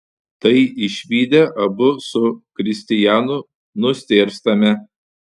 tai išvydę abu su kristianu nustėrstame